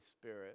Spirit